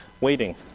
waiting